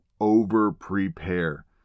over-prepare